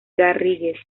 garrigues